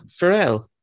Pharrell